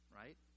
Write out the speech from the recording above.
right